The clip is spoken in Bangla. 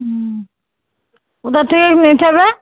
হুম কোথা থেকে নিতে হবে